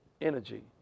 energy